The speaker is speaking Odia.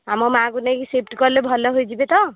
ଆମ ମା'ଙ୍କୁ ନେଇକି ସିଫ୍ଟ କଲେ ଭଲ ହୋଇଯିବେ ତ